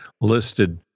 listed